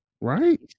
Right